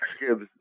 gives